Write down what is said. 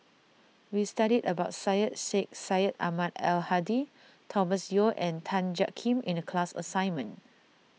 we studied about Syed Sheikh Syed Ahmad Al Hadi Thomas Yeo and Tan Jiak Kim in the class assignment